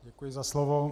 Děkuji za slovo.